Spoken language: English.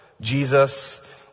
Jesus